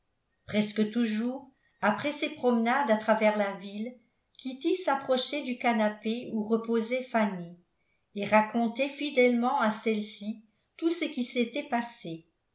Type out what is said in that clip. presque toujours après ses promenades à travers la ville kitty s'approchait du canapé où reposait fanny et racontait fidèlement à celle-ci tout ce qui s'était passé